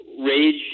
Rage